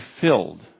filled